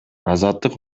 азаттык